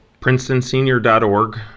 princetonsenior.org